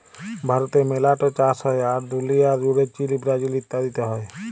ভারতে millet চাষ হ্যয়, আর দুলিয়া জুড়ে চীল, ব্রাজিল ইত্যাদিতে হ্য়য়